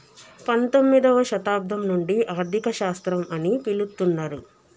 పంతొమ్మిదవ శతాబ్దం నుండి ఆర్థిక శాస్త్రం అని పిలుత్తున్నరు